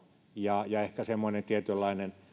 ja ja ehkä tietynlainen